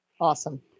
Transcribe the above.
Awesome